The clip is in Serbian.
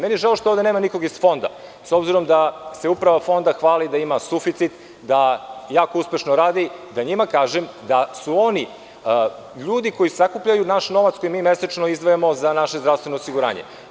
Meni je žao što ovde nema nikoga iz Fonda, s obzirom da se Uprava fonda hvali da ima suficit, da jako uspešno radi, da njima kažem da su oni ljudi koji sakupljaju naš novac koji mi mesečno izdvajamo za naše zdravstveno osiguranje.